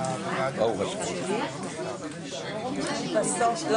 ננעלה בשעה 14:30.